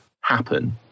happen